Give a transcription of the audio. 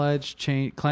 change